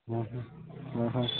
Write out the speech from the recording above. হয় হয় হয় হয়